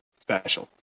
special